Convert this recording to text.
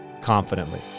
confidently